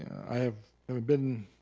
i've i've been